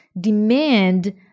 demand